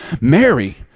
Mary